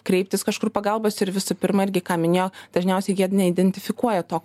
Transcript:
kreiptis kažkur pagalbos ir visų pirma irgi ką minėjo dažniausiai jie neidentifikuoja to